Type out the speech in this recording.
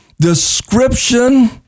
description